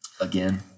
again